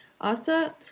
ASA